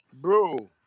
Bro